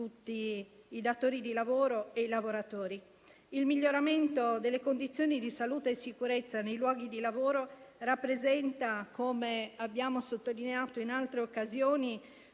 Il miglioramento delle condizioni di salute e sicurezza nei luoghi di lavoro rappresenta, come abbiamo sottolineato in altre occasioni,